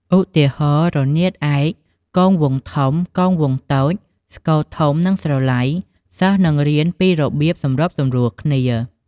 ឧទាហរណ៍ រនាតឯក គងវង់ធំ គងវង់តូច ស្គរធំ និងស្រឡៃ សិស្សនឹងរៀនពីរបៀបសម្របសម្រួលគ្នា។